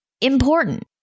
important